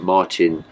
Martin